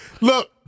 look